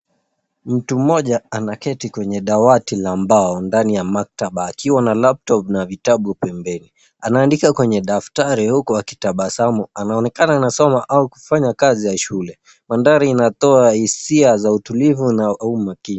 Mtu mmoja anaketi kwenye dawati la mbao ndani ya maktaba akiwa na laptop na vitabu pembeni. Anaandika kwenye daftari huku akitabasamu. Anaonekana anasoma au kufanya kazi ya shule. Mandhari inatoa hisia za utulivu na umakini.